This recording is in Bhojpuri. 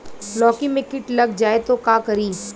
लौकी मे किट लग जाए तो का करी?